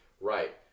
Right